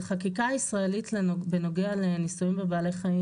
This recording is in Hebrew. החקיקה הישראלית בנוגע לניסויים בבעלי חיים